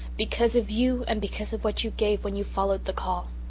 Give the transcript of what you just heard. because of you and because of what you gave when you followed the call.